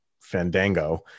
Fandango